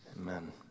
amen